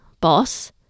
boss